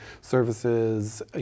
services